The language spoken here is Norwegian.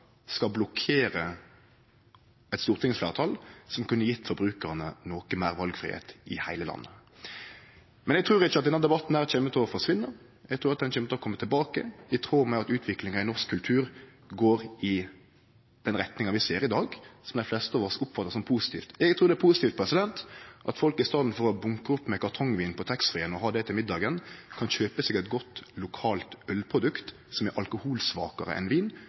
skal blokkere eit stortingsfleirtal som kunne gjeve forbrukarane noko meir valfridom i heile landet. Men eg trur ikkje denne debatten kjem til å forsvinne. Eg trur han kjem til å kome tilbake i tråd med at utviklinga i norsk kultur går i den retninga vi ser i dag, som dei fleste av oss oppfattar som positivt. Eg trur det er positivt at folk i staden for å bunkre opp med kartongvin på taxfree-en og ha det til middagen, kan kjøpe seg eit godt, lokalt ølprodukt som er alkoholsvakare enn vin,